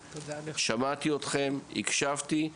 שמעתי והקשבתי,